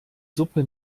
suppe